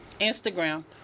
Instagram